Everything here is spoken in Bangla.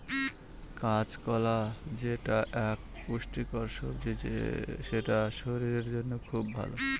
কাঁচকলা যেটা এক পুষ্টিকর সবজি সেটা শরীরের জন্য খুব ভালো